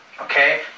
Okay